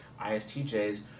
ISTJs